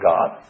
God